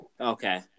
Okay